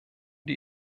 die